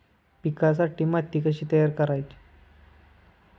पिकांसाठी माती कशी तयार करावी?